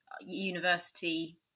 university